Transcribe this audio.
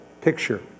picture